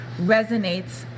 resonates